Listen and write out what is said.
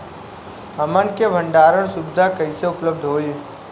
हमन के भंडारण सुविधा कइसे उपलब्ध होई?